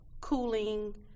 cooling